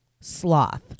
sloth